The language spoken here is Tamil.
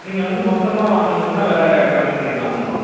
நீங்கள் வந்து மொத்தமாக வாங்குனீங்கன்னா வில கம்மி பண்ணிக்கலாங்கம்மா